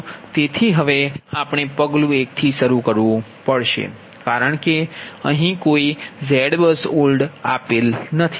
તેથી હવે આપણે પગલું એકથી શરૂ કરવું પડશે કારણ કે અહીં કોઈ ZBUSOLD આપેલ નથી